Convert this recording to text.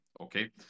Okay